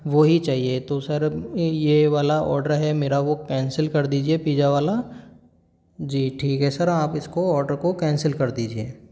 वो ही चाहिए तो सर अब ये वाला ऑर्डर है मेरा वो कैंसिल कर दीजिए पिज्जा वाला जी ठीक है सर आप इसको ऑर्डर को कैंसिल कर दीजिए